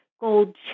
gold